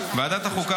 ועדת החוקה,